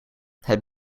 het